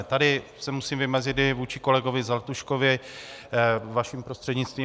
Tady se musím vymezit i vůči kolegovi Zlatuškovi vaším prostřednictvím.